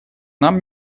нам